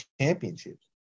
championships